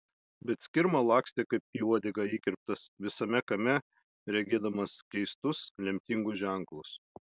bet skirma lakstė kaip į uodegą įkirptas visame kame regėdamas keistus lemtingus ženklus